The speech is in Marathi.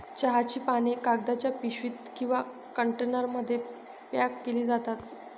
चहाची पाने कागदाच्या पिशवीत किंवा कंटेनरमध्ये पॅक केली जातात